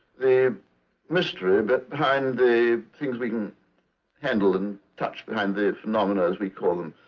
the mystery but behind the things we can handle and touch, behind the phenomena, as we call them.